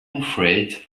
afraid